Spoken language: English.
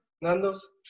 Nando's